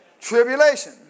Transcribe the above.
tribulation